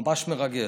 ממש מרגש.